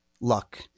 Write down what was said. luck